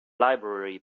library